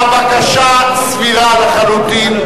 הבקשה סבירה לחלוטין.